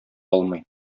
алмый